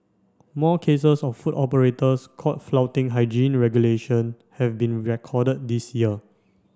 more cases of food operators caught flouting hygiene regulation have been recorded this year